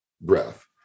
breath